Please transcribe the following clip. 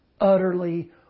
utterly